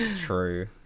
True